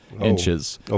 inches